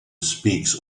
speaks